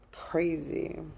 crazy